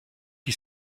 qui